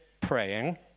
praying